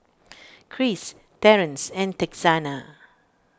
Cris Terrance and Texanna